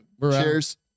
Cheers